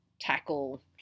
tackle